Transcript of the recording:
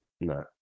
No